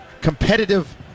Competitive